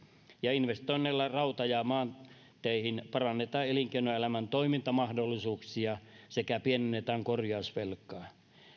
investoinneilla rauta ja maanteihin parannetaan elinkeinoelämän toimintamahdollisuuksia sekä pienennetään korjausvelkaa